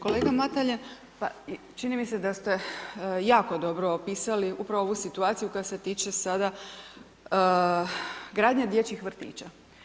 Kolega Mateljan, čini ste da ste jako dobro opisali upravo ovu situaciju koja se tiče sada gradnje dječjih vrtića.